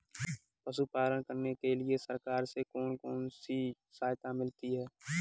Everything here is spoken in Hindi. पशु पालन करने के लिए सरकार से कौन कौन सी सहायता मिलती है